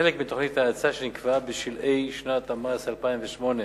כחלק מתוכנית ההאצה שנקבעה בשלהי שנת המס 2008,